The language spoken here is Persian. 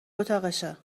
اتاقشه